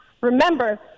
Remember